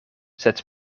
sed